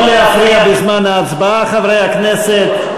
לא להפריע בזמן ההצבעה, חברי הכנסת.